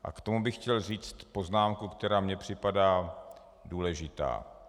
A k tomu bych chtěl říci poznámku, která mi připadá důležitá.